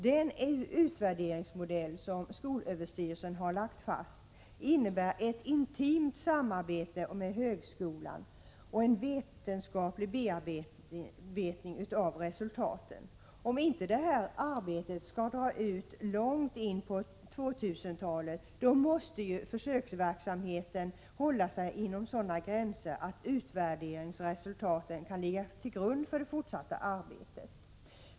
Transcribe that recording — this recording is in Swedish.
Den utvärderingsmodell som skolöverstyrelsen har lagt fast innebär ett intimt samarbete med högskolan och en vetenskaplig bearbetning av resultaten. Om inte detta arbete skall dra ut på tiden långt in på 2000-talet måste försöksverksamheten hålla sig inom sådana gränser att utvärderingsresultaten kan ligga till grund för det fortsatta arbetet.